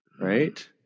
right